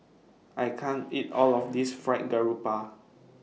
I can't eat All of This Fried Garoupa